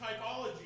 typology